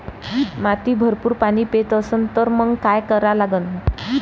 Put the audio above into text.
माती भरपूर पाणी पेत असन तर मंग काय करा लागन?